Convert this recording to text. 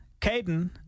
caden